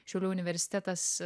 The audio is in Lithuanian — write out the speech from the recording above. šiaulių universitetas